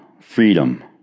freedom